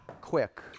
quick